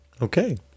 Okay